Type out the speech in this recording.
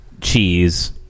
cheese